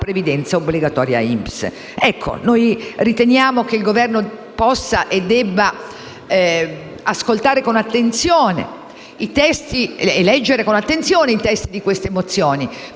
previdenza obbligatoria INPS.